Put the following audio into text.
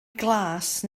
glas